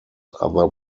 other